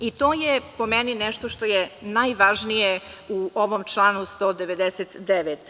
I to je po meni nešto što je najvažnije u ovom članu 199.